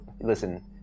listen